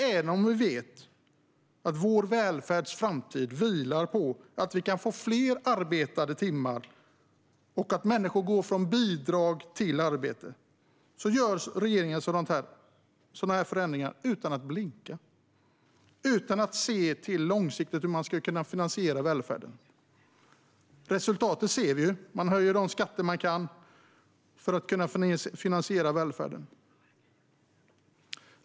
Även om vi vet att vår välfärds framtid vilar på att vi kan få fler arbetade timmar och att människor går från bidrag till arbete gör regeringen sådana här förändringar utan att blinka. De gör det utan att se till hur man ska kunna finansiera välfärden långsiktigt. Resultatet ser vi: Man höjer de skatter man kan för att kunna finansiera välfärden.